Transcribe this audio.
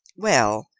well,